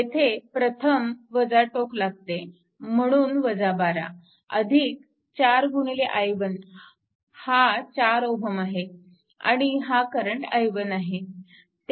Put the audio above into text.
येथे प्रथम टोक लागते म्हणून 12 अधिक 4 i1 हा 4Ω आहे आणि हा करंट i1 आहे